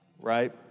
right